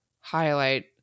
highlight